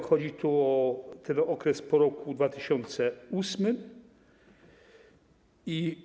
Chodzi tu o ten okres po roku 2008.